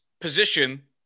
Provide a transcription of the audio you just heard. position